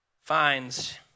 finds